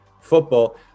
football